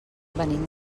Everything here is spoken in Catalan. venim